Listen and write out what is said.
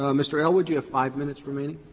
um mr. elwood, you have five minutes remaining.